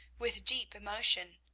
with deep emotion.